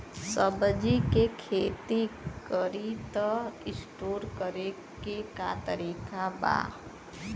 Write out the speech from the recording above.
सब्जी के खेती करी त स्टोर करे के का तरीका बा?